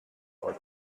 our